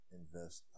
invest